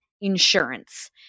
insurance